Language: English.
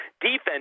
defense